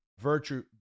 virtue